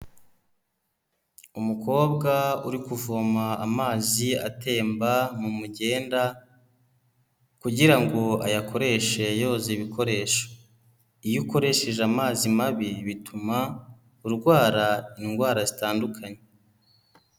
Umukobwa uri kuvoma amazi atemba mu mugenda kugira ngo ayakoreshe yoza ibikoresho, iyo ukoresheje amazi mabi bituma urwara indwara zitandukanye.